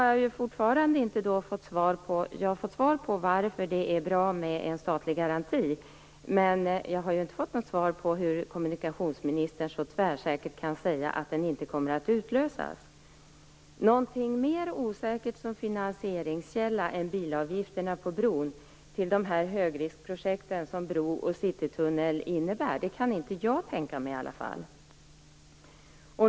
Jag har fått svar på frågan om varför en statlig garanti är bra, men jag har fortfarande inte fått svar på frågan varför kommunikationsministern så tvärsäkert kan säga att den inte kommer att utlösas. Någonting mer osäkert som finansieringskälla än bilavgifterna på bron för högriskprojekt som bro och citytunnel kan i alla fall inte jag tänka mig.